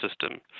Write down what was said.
system